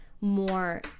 more